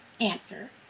answer